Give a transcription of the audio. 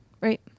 right